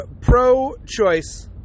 pro-choice